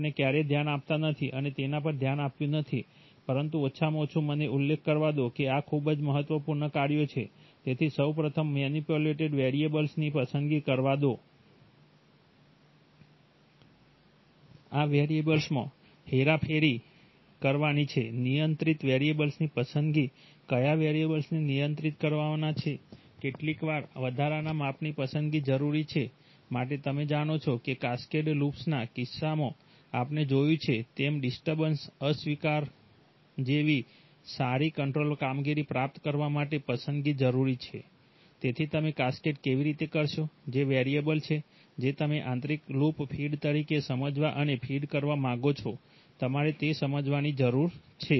આપણે ક્યારેય ધ્યાન આપતા નથી અને તેમના પર ધ્યાન આપ્યું નથી પરંતુ ઓછામાં ઓછું મને ઉલ્લેખ કરવા દો કે આ ખૂબ જ મહત્વપૂર્ણ કાર્યો છે તેથી સૌ પ્રથમ મેનીપ્યુલેટેડ વેરિયેબલ્સની પસંદગી કરવા દો કયા વેરિયેબલ્સમાં હેરાફેરી કરવાની છે નિયંત્રિત વેરિયેબલ્સની પસંદગી કયા વેરિયેબલ્સને નિયંત્રિત કરવાના છે કેટલીકવાર વધારાના માપની પસંદગી જરૂરી છે માટે તમે જાણો છો કે કેસ્કેડ લૂપ્સના કિસ્સામાં આપણે જોયું છે તેમ ડિસ્ટર્બન્સ અસ્વીકાર જેવી સારી કંટ્રોલ કામગીરી પ્રાપ્ત કરવા માટે પસંદગી જરૂરી છે તેથી તમે કાસ્કેડ કેવી રીતે કરશો જે વેરિયેબલ છે જે તમે આંતરિક લૂપ ફીડબેક તરીકે સમજવા અને ફીડ કરવા માંગો છો તમારે તે સમજવાની જરૂર છે